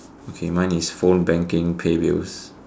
okay mine is phone banking pay bills